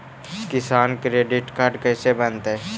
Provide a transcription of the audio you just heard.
किसान credit card कैसे बनतै?